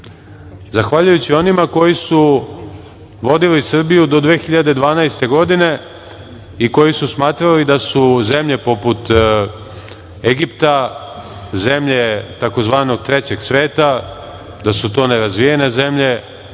zahvaljujući onima koji su vodili Srbiju do 2012. godine i koji su smatrali da su zemlje poput Egipta zemlje tzv. trećeg sveta, da su to nerazvijene zemlje,